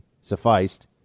sufficed